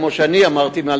כמו שאני אמרתי,